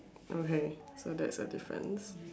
okay so that's a difference